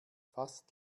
fast